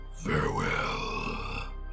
Farewell